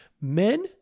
Men